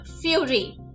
fury